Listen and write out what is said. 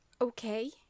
Okay